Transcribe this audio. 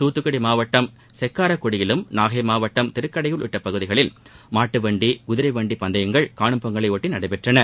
தூத்துக்குடி மாவட்டம் செக்காரக்குடியிலும் நாகை மாவட்டம் திருக்கடையூர் உள்ளிட்ட பகுதிகளில் மாட்டு வண்டி குதிரை வண்டி பந்தயங்கள் காணும் பொங்கலையொட்டி நடைபெற்றன